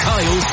Kyle